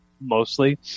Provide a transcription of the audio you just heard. mostly